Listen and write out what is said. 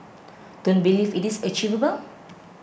don't believe it is achievable